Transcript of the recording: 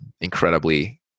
incredibly